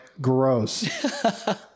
Gross